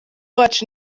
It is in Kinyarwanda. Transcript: wacu